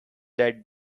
that